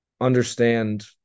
understand